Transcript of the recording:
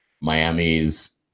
Miami's